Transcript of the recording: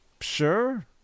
Sure